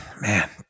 Man